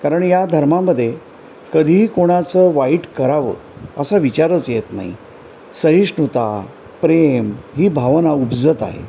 कारण या धर्मामध्ये कधीही कोणाचं वाईट करावं असा विचारच येत नाही सहिष्णुता प्रेम ही भावना उपजत आहे